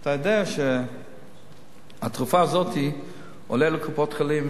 אתה יודע שהתרופה הזאת עולה לקופות-חולים